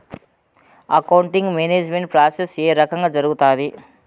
accounting management process ఏ రకంగా జరుగుతాది